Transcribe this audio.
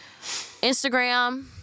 instagram